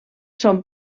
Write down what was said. són